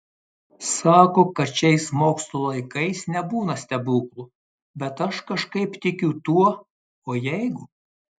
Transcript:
sako kad šiais mokslo laikais nebūna stebuklų bet aš kažkaip tikiu tuo o jeigu